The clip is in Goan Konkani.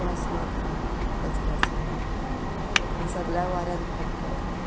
वास मारता कचऱ्याचो आनी सगल्या वाऱ्यान पडटा तो